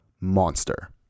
monster